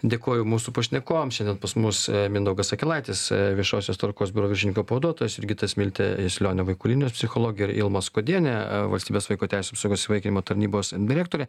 dėkoju mūsų pašnekovams šiandien pas mus mindaugas akelaitis viešosios tvarkos biuro viršininko pavaduotojas jurgita smiltė jasiulionė vaikų linijos psichologė ir ilma skuodienė valstybės vaiko teisių apsaugos įvaikinimo tarnybos direktorė